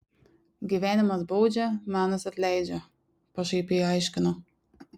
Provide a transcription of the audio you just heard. gyvenimas baudžia menas atleidžia pašaipiai aiškino